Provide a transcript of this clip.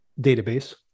database